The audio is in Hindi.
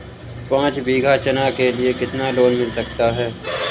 पाँच बीघा चना के लिए कितना लोन मिल सकता है?